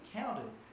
counted